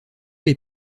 les